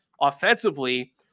offensively